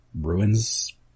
ruins